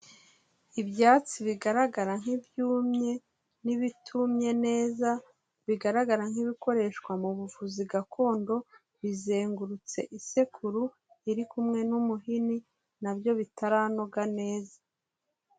Ibyatsi bigaragara nk'ibyumye n'ibitumye neza, bigaragara nk'ibikoreshwa mu buvuzi gakondo, bizengurutse isekuru iri kumwe n'umuhini nabyo bitaranoga neza.